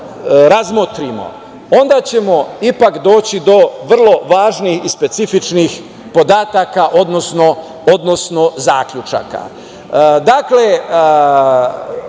razmotrimo, onda ćemo ipak doći do vrlo važnih i specifičnih podataka, odnosno zaključaka. Dakle,